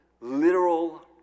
literal